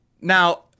now